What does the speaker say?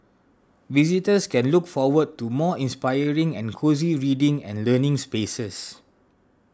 visitors can look forward to more inspiring and cosy reading and learning spaces